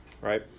right